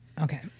Okay